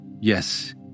Yes